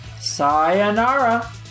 Sayonara